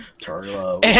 Turbo